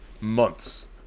months